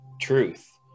truth